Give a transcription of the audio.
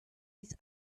his